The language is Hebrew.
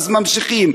אז ממשיכים.